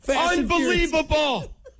Unbelievable